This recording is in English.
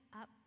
up